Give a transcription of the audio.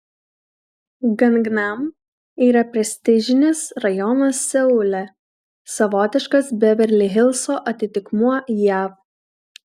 gangnam yra prestižinis rajonas seule savotiškas beverli hilso atitikmuo jav